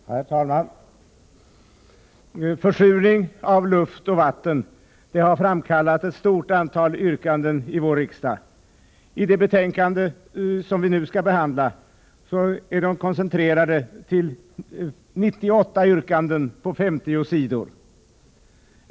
Herr talman! Försurning av luft och vatten har framkallat ett stort antal yrkanden i vår riksdag. I det betänkande som vi nu skall behandla är de koncentrerade till 98 yrkanden på 50 sidor.